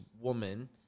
woman